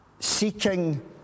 Seeking